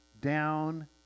down